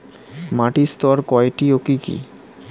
মাটির স্তর কয়টি ও কি কি?